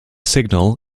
signal